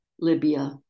Libya